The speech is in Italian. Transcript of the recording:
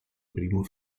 primo